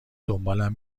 دنبالم